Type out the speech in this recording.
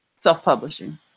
Self-publishing